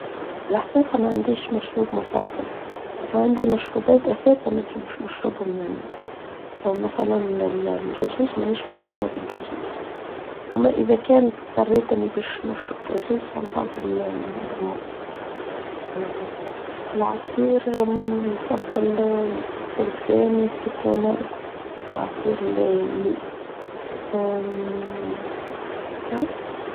بالحقيقة ما عنديش مشروب مفضل. ما عندي مشروبات أساسة ما نحبش مشروبهم يعني. مثلا الجزوز ما نيش مغرومة بالجزوز. أما إذا كانت تطريتني بيش نشرب جزوز فما نفضل البوكا موت. في العصير ما نفضل بورتغان سيتروناد. عصير ليه ليه ااام كاهو.